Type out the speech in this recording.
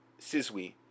Siswi